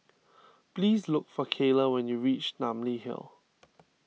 please look for Cayla when you reach Namly Hill